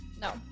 no